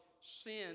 sin